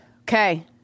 Okay